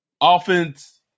offense